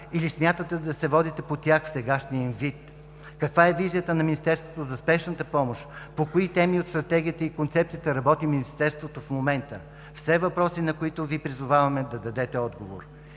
или смятате да се водите по тях в сегашния им вид? Каква е визията на Министерството за спешната помощ? По кои теми от Стратегията и Концепцията работи Министерството в момента? Все въпроси, на които Ви призоваваме да дадете отговор.